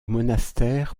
monastère